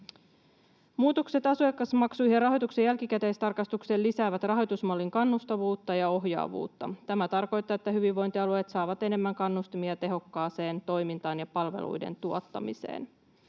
Muutokset asiakasmaksuihin ja rahoituksen jälkikäteistarkastukseen lisäävät rahoitusmallin kannustavuutta ja ohjaavuutta. Tämä tarkoittaa, että hyvinvointialueet saavat enemmän kannustimia tehokkaaseen toimintaan ja palveluiden tuottamiseen.